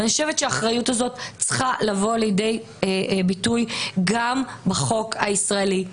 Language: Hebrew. ואני חושבת שהאחריות הזאת צריכה לבוא לידי ביטוי גם בחוק הישראלי,